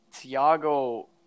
Tiago